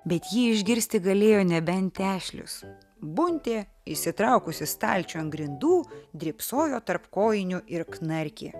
bet jį išgirsti galėjo nebent tešlius buntė išsitraukusi stalčių ant grindų drybsojo tarp kojinių ir knarkė